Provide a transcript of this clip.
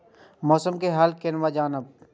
मौसम के हाल केना जानब?